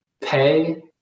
pay